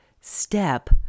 step